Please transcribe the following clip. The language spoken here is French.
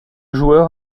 joueur